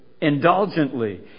indulgently